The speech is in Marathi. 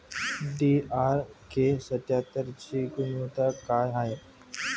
डी.आर.के सत्यात्तरची गुनवत्ता काय हाय?